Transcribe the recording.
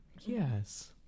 Yes